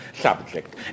subject